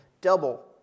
double